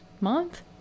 month